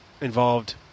involved